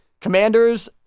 Commanders